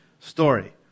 story